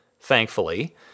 thankfully